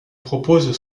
propose